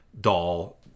doll